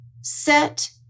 set